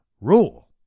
rule